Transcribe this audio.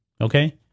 Okay